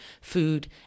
food